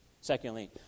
Secondly